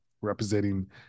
representing